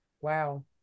Wow